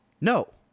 No